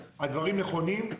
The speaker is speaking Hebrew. נכונים,